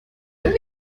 denn